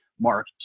Mark